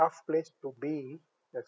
half place to be yes